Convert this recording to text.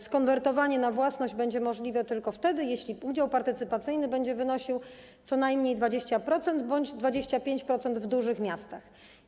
Skonwertowanie na własność będzie możliwe tylko wtedy, gdy udział partycypacyjny będzie wynosił co najmniej 20% bądź 25% w dużych miastach.